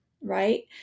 right